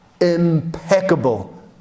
impeccable